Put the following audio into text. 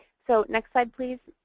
so, next slide, please.